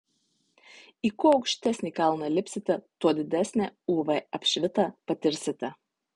į kuo aukštesnį kalną lipsite tuo didesnę uv apšvitą patirsite